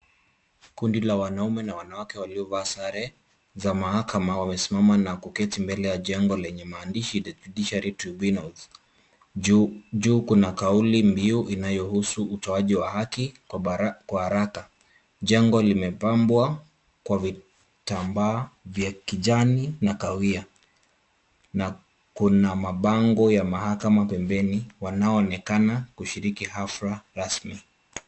Kundi la wanaume na wanawake waliovaa sare za mahakama wamesimama na kuketi mbele ya jengo lenye maandishi the judiciary tribunals . Juu kuna kauli mbiu inayohusu utoaji wa haki kwa haraka. Jengo limepambwa kwa vitambaa vya kijani na kahawia na kuna mabango ya mahakama pembeni wanaoonekana kushiriki hafla rasmi.